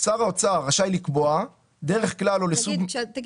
"שר האוצר רשאי לקבוע דרך כלל --- תגיד